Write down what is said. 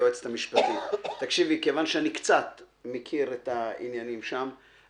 היועצת המשפטית כיוון שאני קצת מכיר את העניינים שם,